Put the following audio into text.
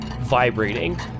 vibrating